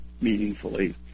meaningfully